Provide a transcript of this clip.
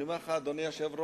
אני אומר לך, אדוני היושב-ראש,